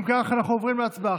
אם כך, אנחנו עוברים להצבעה.